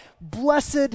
Blessed